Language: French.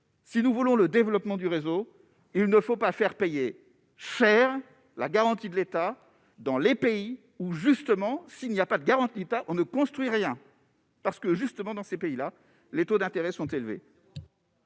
Si nous voulons le développement du réseau, il ne faut pas faire payer cher la garantie de l'État dans les pays où justement s'il n'y a pas de garantie, on ne construit rien parce que justement dans ces pays-là, les taux d'intérêts sont élevés.